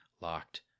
locked